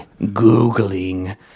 Googling